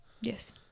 Yes